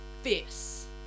fierce